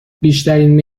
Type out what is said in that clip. بیشترین